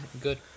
good